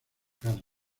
carlos